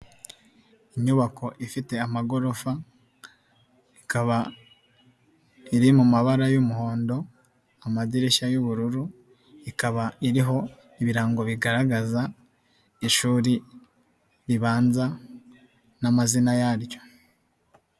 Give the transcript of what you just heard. Inyubako ifite amagorofa, ikaba iri mu mabara y'umuhondo, amadirishya y'ubururu, ikaba iriho ibirango bigaragaza, ishuri ribanza n'amazina yaryo.